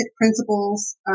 principles